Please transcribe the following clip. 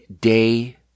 day